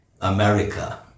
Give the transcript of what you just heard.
America